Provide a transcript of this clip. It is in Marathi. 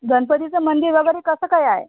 गणपतीचं मंदिर वगेरे कसं काय आहे